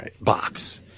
box